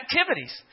activities